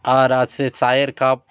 আর আছে চায়ের কাপ